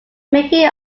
making